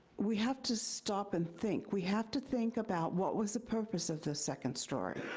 we have to stop and think. we have to think about what was the purpose of the second story.